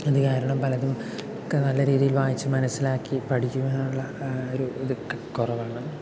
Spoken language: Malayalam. അതുകാരണം പലതും ഒക്കെ നല്ല രീതിയിൽ വായിച്ചു മനസ്സിലാക്കി പഠിക്കുവാനുള്ള ഒരു ഇത് കുറവാണ്